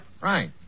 Right